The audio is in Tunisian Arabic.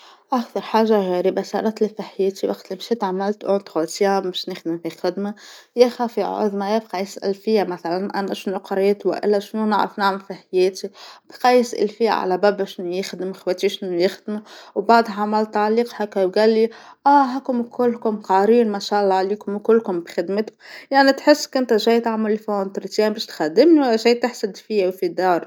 أكثر حاجة غريبة صارت لي في حياتي وقت لبشت عملت انترودسيا باش نخدم في الخدمة، يا خافي أقعد ما يبقى يسأل فيا مثلا أنا شنو قريت ولا شنو نعرف نعمل في حياتى بقا يسأل فيا على بابا باش نخدم خواتي بيش يخدموا، وبعدها عمل تعليق هكا وقالى اه هاكم كلكم قاريين ما شاء الله عليكم كل بخدمتكم، يعني تحس كنت جاي تعمل فانترودسيا باش تخدمني ولا جاي تحسد فيا وفي دار.